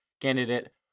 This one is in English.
candidate